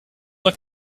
were